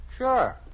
Sure